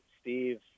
Steve